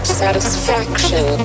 satisfaction